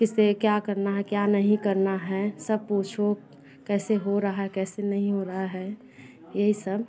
किसे क्या करना है क्या नहीं करना है सब पूछो कैसे हो रहा है कैसे नहीं हो रहा है यही सब